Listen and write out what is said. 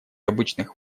обычных